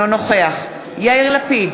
אינו נוכח יאיר לפיד,